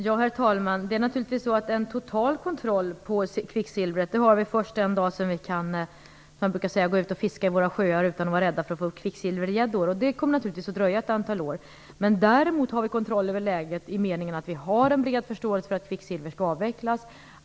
Herr talman! En total kontroll över kvicksilvret har vi först den dag som vi kan gå ut och fiska i våra sjöar utan vara rädda för att få upp kvicksilvergäddor. Och det kommer naturligtvis att dröja ett antal år. Men däremot har vi kontroll över läget i den meningen att vi har en bred förståelse för att kvicksilver skall avvecklas.